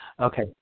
Okay